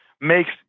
makes